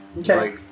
Okay